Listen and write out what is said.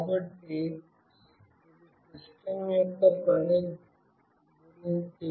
కాబట్టిఇది సిస్టం యొక్క పని గురించి